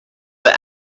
the